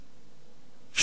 שהוא עד סוף אוקטובר,